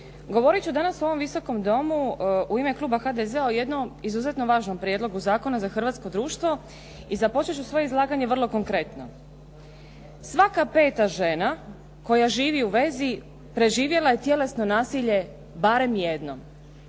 Govorit ću danas u ovom Visokom domu u ime kluba HDZ-a o jednom izuzetno važnom prijedlogu zakona za hrvatsko društvo i započet su svoje izlaganje vrlo konkretno. Svaka peta žena koja živi u vezi preživjela je tjelesno nasilje barem jednom.